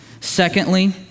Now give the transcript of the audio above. Secondly